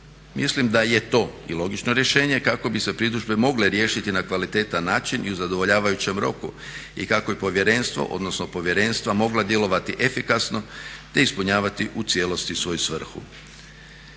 Mislim da je to i logično rješenje kako bi se pritužbe mogle riješiti na kvalitetan način i u zadovoljavajućem roku i kako bi povjerenstvo odnosno povjerenstva mogla djelovati efikasno te ispunjavati u cijelosti svoju svrhu.